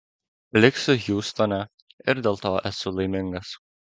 liksiu hjustone ir dėl to esu laimingas